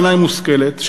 בעיני מושכלת,